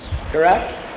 correct